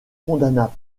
condamna